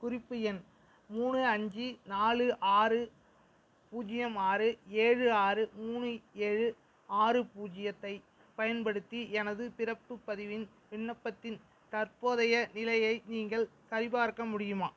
குறிப்பு எண் மூணு அஞ்சு நாலு ஆறு பூஜ்யம் ஆறு ஏழு ஆறு மூணு ஏழு ஆறு பூஜ்யத்தைப் பயன்படுத்தி எனது பிறப்புப் பதிவின் விண்ணப்பத்தின் தற்போதைய நிலையை நீங்கள் சரிபார்க்க முடியுமா